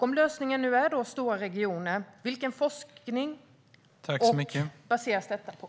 Om lösningen nu är stora regioner, vilken forskning baseras detta på?